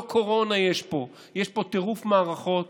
לא קורונה יש פה, יש פה טירוף מערכות